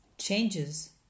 Changes